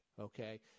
okay